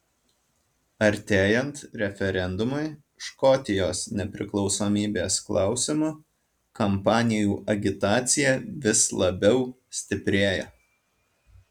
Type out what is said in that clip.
artėjant referendumui škotijos nepriklausomybės klausimu kampanijų agitacija vis labiau stiprėja